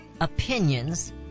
opinions